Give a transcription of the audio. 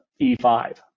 E5